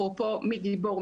אפרופו מי גיבור,